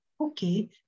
okay